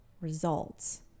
results